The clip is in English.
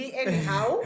anyhow